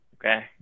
Okay